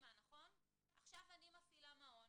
עכשיו אני מפעילה מעון.